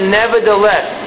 nevertheless